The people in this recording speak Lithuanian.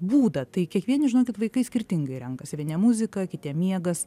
būdą tai kiekvieni žinokit vaikai skirtingai renkasi vieniem muzika kitiem miegas